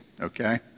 Okay